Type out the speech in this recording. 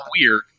weird